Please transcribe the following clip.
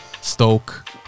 Stoke